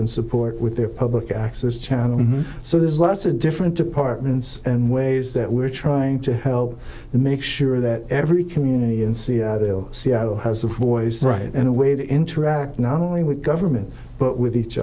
and support with their public access channel so there's lots of different departments and ways that we're trying to help make sure that every community in seattle has a voice right and a way to interact not only with government but with each